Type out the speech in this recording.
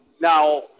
Now